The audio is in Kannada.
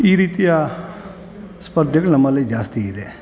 ಈ ರೀತಿಯ ಸ್ಪರ್ಧೆಗಳು ನಮ್ಮಲ್ಲಿ ಜಾಸ್ತಿ ಇದೆ